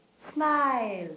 smile